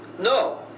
No